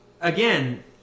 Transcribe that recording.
again